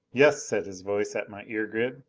yes, said his voice at my ear-grid.